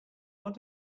want